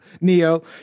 Neo